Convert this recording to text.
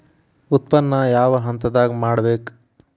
ಉತ್ಪನ್ನ ಯಾವ ಹಂತದಾಗ ಮಾಡ್ಬೇಕ್?